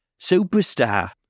superstar